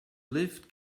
lift